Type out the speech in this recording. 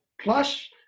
plus